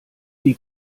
die